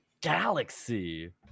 galaxy